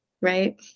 Right